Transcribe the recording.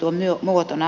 hyvä näin